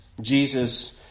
Jesus